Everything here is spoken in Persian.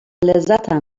لذتم